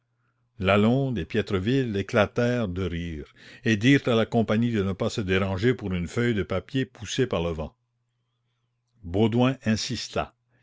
lalonde et piétreville éclatèrent de rire et dirent à la compagnie de ne pas se déranger pour une feuille de papier poussée par le vent baudouin insista